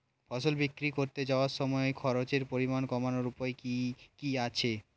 ফসল বিক্রি করতে যাওয়ার সময় খরচের পরিমাণ কমানোর উপায় কি কি আছে?